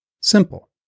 simple